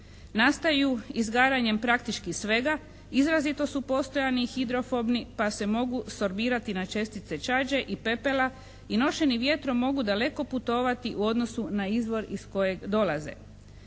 Nastaju izgaranjem praktički svega, izrazito su postojani i hidrofobni pa se mogu sorbirati na čestice čađe i pepela i nošeni vjetrom mogu daleko putovati u odnosu na izvor iz kojeg dolaze.